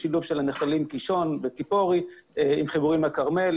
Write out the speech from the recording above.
בשילוב של הנחלים קישון וציפורי עם חיבורים לכרמל.